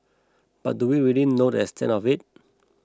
but do we really know the extent of it